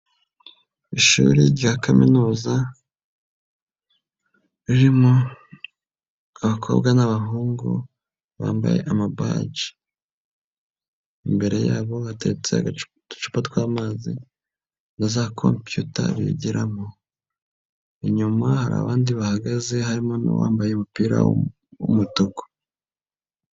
Ishuri rya kaminuza ririmo abakobwa n'abahungu bambaye amabaji, imbere yabo hatetse uducupa tw'amazi na za kompiyuta bigiramo, inyuma hari abandi bahagaze harimo n'uwambaye umupira w'umutuku.